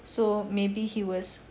so maybe he was